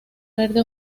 verde